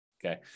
Okay